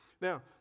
Now